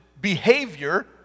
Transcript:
behavior